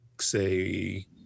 say